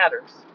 matters